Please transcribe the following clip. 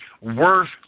worth